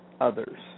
others